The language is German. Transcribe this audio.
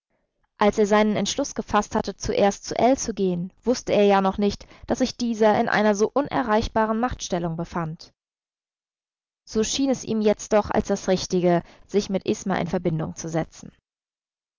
als er seinen entschluß gefaßt hatte zuerst zu ell zu gehen wußte er ja noch nicht daß sich dieser in einer so unerreichbaren machtstellung befand so schien es ihm jetzt doch als das richtige sich mit isma in verbindung zu setzen